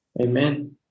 amen